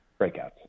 breakouts